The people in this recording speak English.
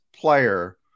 player